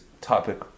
topic